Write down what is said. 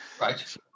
Right